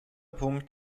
punkt